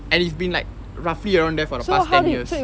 and it's been like roughly around there for the past ten years